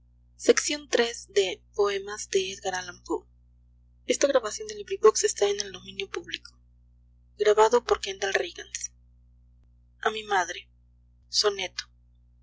mar quejumbrosa a mi madre soneto